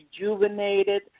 rejuvenated